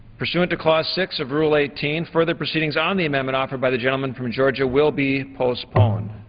pursuant to clause six of rule eighteen, further proceedings on the amendment offered by the gentleman from georgia will be postponed.